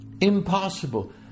Impossible